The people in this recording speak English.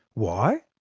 why?